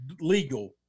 legal